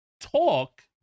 talk